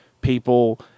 people